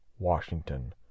washington